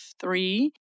three